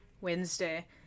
Wednesday